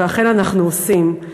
ואכן אנחנו עושים.